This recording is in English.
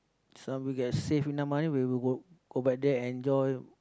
some we can save enough money we will go go back there and enjoy